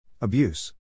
Abuse